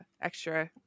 extra